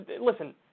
listen